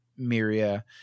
Miria